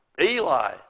Eli